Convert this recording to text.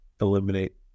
eliminate